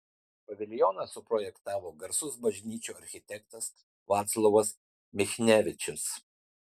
paviljoną suprojektavo garsus bažnyčių architektas vaclovas michnevičius